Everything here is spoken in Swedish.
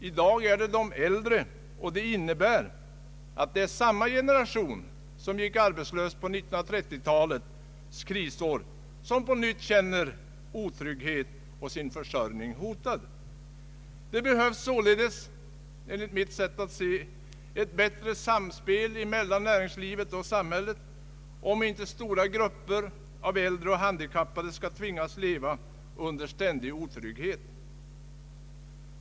I dag är det de äldre, och det innebär att det är samma generation som gick arbetslösa under 1930-talets krisår som på nytt känner sin trygghet och försörjning hotad. Det behövs således enligt mitt sätt att se ett bättre samspel mellan näringslivet och samhället, om inte stora grupper av äldre och handikappade skall tvingas att leva under ständig otrygghet.